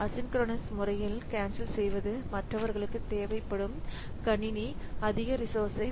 asynchronous முறையில் cancel செய்வது மற்றவர்களுக்குத் தேவைப்படும் கணினி அதிக ரிசோர்சஸ்